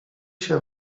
się